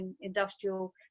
industrial